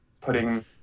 putting